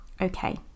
Okay